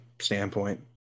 standpoint